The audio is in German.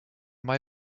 mai